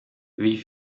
wie